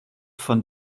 von